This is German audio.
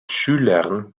schülern